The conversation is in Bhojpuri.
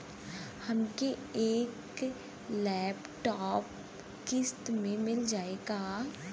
हमके एक लैपटॉप किस्त मे मिल जाई का?